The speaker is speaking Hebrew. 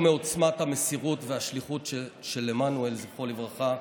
מעוצמת המסירות והשליחות של עמנואל, זכרו לברכה,